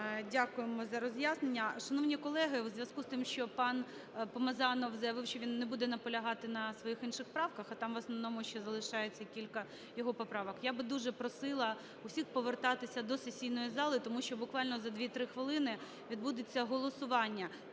Дякуємо за роз'яснення. Шановні колеги, у зв'язку з тим, що панПомазанов заявив, що він не буде наполягати на своїх інших правках, а там в основному ще залишається кілька його поправок, я би дуже просила всіх повертатися до сесійної зали, тому що буквально за 2-3 хвилини відбудеться голосування.